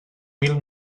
mil